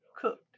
cooked